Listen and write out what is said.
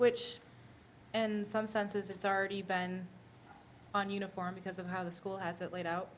which and some senses it's already been on uniform because of how the school has it laid out